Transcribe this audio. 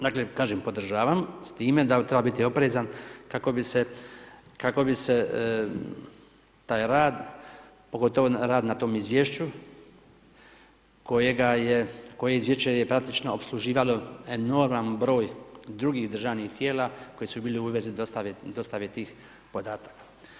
Dakle, kažem podržavam, s time da treba biti oprezan kako bi se taj rad, pogotovo rad na tom izvješću, kojega je, koje izvješće je praktično opsluživalo enorman broj drugih državnih tijela koje su bile u vezi dostave tih podataka.